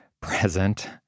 present